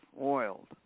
oiled